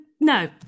no